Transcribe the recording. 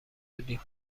بودیم